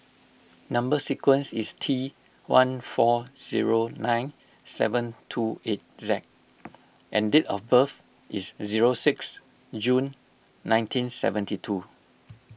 Number Sequence is T one four zero nine seven two eight Z and date of birth is zero six June nineteen seventy two